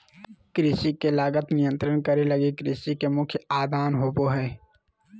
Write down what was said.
कृषि के लागत नियंत्रित करे लगी कृषि के मुख्य आदान होबो हइ